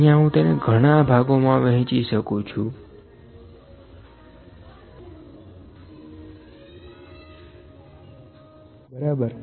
અહીંયા હું તેને ઘણા ભાગોમાં વહેંચી શકું છું બરાબર